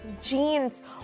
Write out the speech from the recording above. Jeans